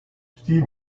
steve